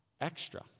extra